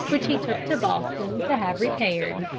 which he took to boston to have repaired.